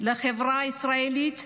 לחברה הישראלית,